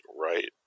Right